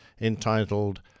entitled